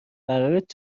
قرارت